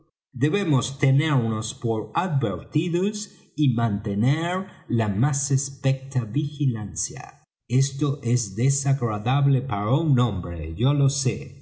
debemos tenernos por advertidos y mantener la más expecta vigilancia esto es desagradable para un hombre yo lo sé